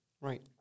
Right